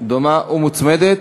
דומה ומוצמדת.